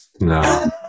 No